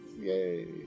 Yay